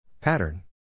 Pattern